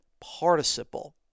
participle